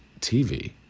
TV